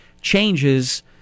changes